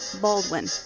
Baldwin